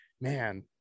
man